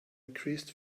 increased